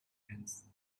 hands